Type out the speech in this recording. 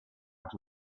out